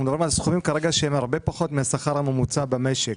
מדברים על סכומים כרגע שהם הרבה פחות מהשכר הממוצע במשק.